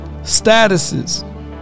Statuses